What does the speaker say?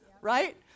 right